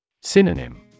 Synonym